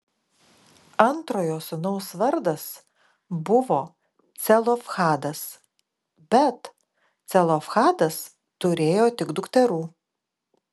antrojo sūnaus vardas buvo celofhadas bet celofhadas turėjo tik dukterų